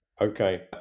Okay